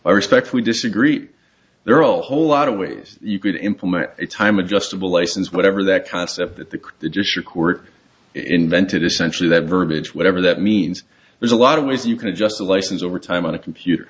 i respectfully disagree there are all whole lot of ways you could implement a time adjustable license whatever that concept that the just a quirk invented essentially that verbiage whatever that means there's a lot of ways you can adjust the license over time on a computer